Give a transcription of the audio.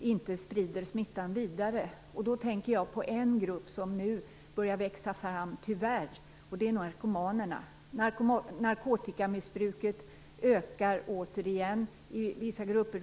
inte sprider smittan vidare. Jag tänker då på en grupp som nu tyvärr börjar växa fram - narkomanerna. Det ges signaler om att narkotikamissbruket återigen ökar i vissa grupper.